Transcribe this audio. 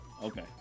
Okay